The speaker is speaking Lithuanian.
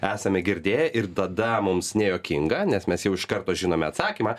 esame girdėję ir tada mums nejuokinga nes mes jau iš karto žinome atsakymą